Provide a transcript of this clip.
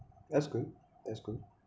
that's good that's good